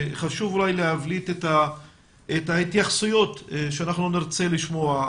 אולי חשוב להבליט את ההתייחסויות שנרצה לשמוע,